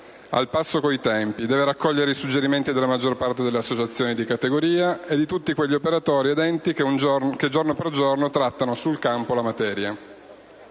al passo con i tempi, deve raccogliere i suggerimenti della maggior parte delle associazioni di categoria e di tutti quegli operatori ed enti che giorno per giorno trattano, sul campo, la materia.